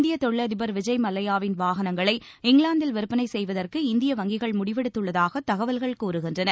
இந்திய தொழிலதிபர் விஜய் மல்லையாவின் வாகனங்களை இங்கிலாந்தில் விற்பனை செய்வதற்கு இந்திய வங்கிகள் முடிவெடுத்துள்ளதாக தகவல்கள் கூறுகின்றன